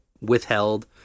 withheld